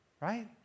Right